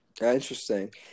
Interesting